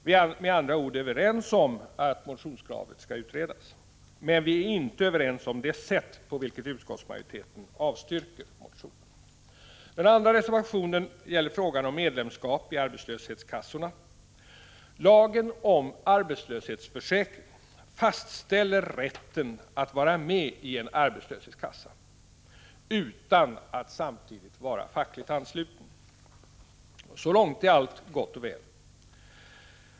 Vi är med andra ord överens om att det motionen kräver skall utredas. Men vi är inte överens om det sätt på vilket utskottsmajoriteten avstyrker motionen. Den andra reservationen gäller frågan om medlemskap i arbetslöshetskassorna. Lagen om arbetslöshetsförsäkring fastställer rätten att vara med i en arbetslöshetskassa utan att samtidigt vara fackligt ansluten. Så långt är allt gott och väl.